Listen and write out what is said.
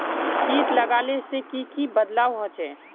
किट लगाले से की की बदलाव होचए?